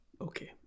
Okay